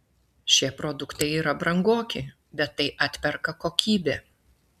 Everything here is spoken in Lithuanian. šie produktai yra brangoki bet tai atperka kokybė